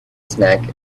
snack